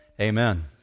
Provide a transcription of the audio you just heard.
Amen